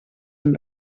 amb